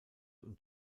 und